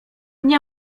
nie